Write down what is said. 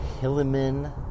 Hilliman